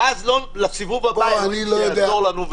ואז לסיבוב הבא אלוהים שיעזור לנו,